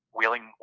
Wheeling